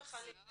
חס וחלילה.